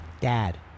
Dad